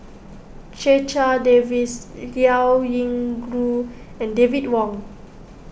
Checha Davies Liao Yingru and David Wong